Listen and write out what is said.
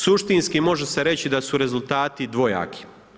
Suštinski može se reći da su rezultati dvojaki.